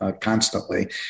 constantly